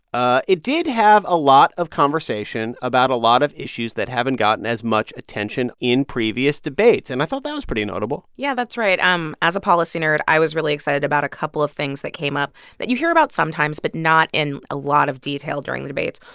it did have a lot of conversation about a lot of issues that haven't gotten gotten as much attention in previous debates, and i thought that was pretty notable yeah, that's right. um as a policy nerd, i was really excited about a couple of things that came up that you hear about sometimes but not in a lot of detail during the debates.